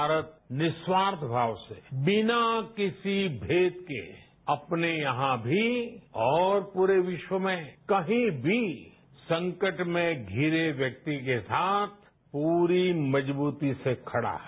भारत निस्वार्थ भाव से बिना किसी मेद के अपने यहां भी और पूरे विश्व में कहीं भी संकट में घिरे व्यक्ति के साथ पूरी मजबूती से खड़ा है